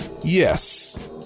Yes